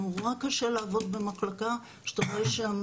נורא קשה לעבוד במחלקה שאתה רואה שם